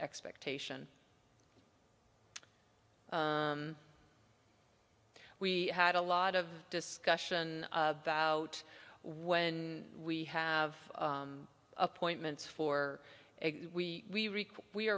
expectation we had a lot of discussion about when we have appointments for we we